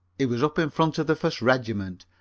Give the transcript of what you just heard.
he was up in front of the first regiment,